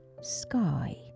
Sky